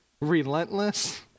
relentless